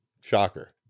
Shocker